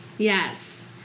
Yes